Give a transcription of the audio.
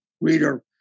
reader